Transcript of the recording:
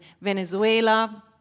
Venezuela